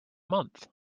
month